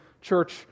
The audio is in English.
church